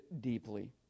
deeply